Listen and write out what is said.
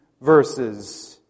verses